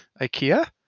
ikea